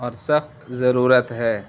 اور سخت ضرورت ہے